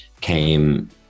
came